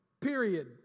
period